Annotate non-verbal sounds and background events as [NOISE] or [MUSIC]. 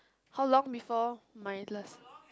how long before my last [NOISE]